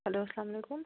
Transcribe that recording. hello اَسلامُ علیکُم